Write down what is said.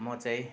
म चाहिँ